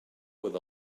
with